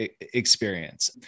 experience